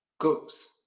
goes